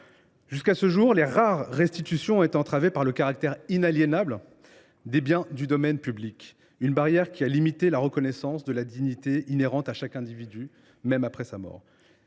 Jusqu’à ce jour, les rares restitutions ont été entravées par le caractère inaliénable des biens du domaine public, une barrière qui a limité la reconnaissance de la dignité inhérente à chaque individu, même après sa mort.